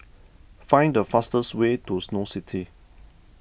find the fastest way to Snow City